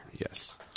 Yes